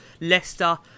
Leicester